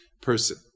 person